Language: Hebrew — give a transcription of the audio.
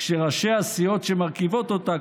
כשראשי הסיעות שמרכיבות אותה,